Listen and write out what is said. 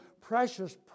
precious